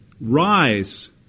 rise